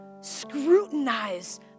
scrutinize